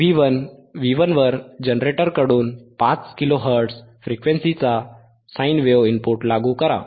V1 वर जनरेटरकडून 5 kilohertz फ्रिक्वेन्सीचे साइन वेव्ह इनपुट लागू करा